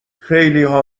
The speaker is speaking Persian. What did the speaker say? خیلیها